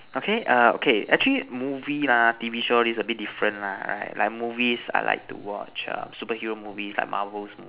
okay err okay actually movie lah T V show all this a bit different lah alright like movies I like to watch err superhero movies like Marvels mo~